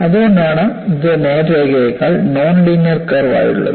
അതുകൊണ്ടാണ് ഇത് ഒരു നേർരേഖയേക്കാൾ നോൺ ലീനിയർ കർവ് ആയുള്ളത്